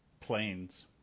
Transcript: Planes